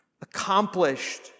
accomplished